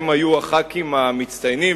הם היו הח"כים המצטיינים,